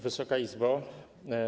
Wysoka Izbo!